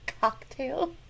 cocktail